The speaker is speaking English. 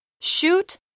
Shoot